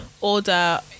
order